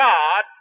God